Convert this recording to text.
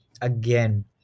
again